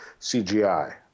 CGI